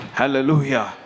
hallelujah